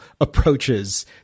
approaches